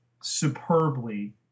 superbly